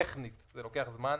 טכנית, זה לוקח זמן.